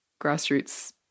grassroots